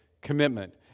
commitment